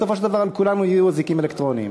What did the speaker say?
בסופו של דבר על כולנו יהיו אזיקים אלקטרוניים.